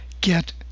get